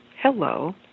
Hello